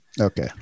Okay